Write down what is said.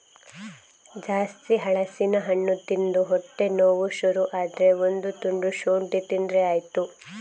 ಜಾಸ್ತಿ ಹಲಸಿನ ಹಣ್ಣು ತಿಂದು ಹೊಟ್ಟೆ ನೋವು ಶುರು ಆದ್ರೆ ಒಂದು ತುಂಡು ಶುಂಠಿ ತಿಂದ್ರೆ ಆಯ್ತು